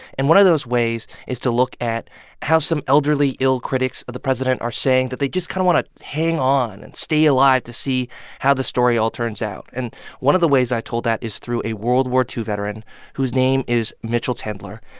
and one of those ways is to look at how some elderly ill critics of the president are saying that they just kind of want to hang on and stay alive to see how the story all turns out. and one of the ways i told that is through a world war ii veteran whose name is mitchell tendler.